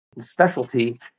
specialty